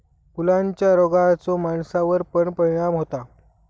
फुलांच्या रोगाचो माणसावर पण परिणाम होता